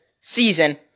season